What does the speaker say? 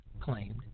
claimed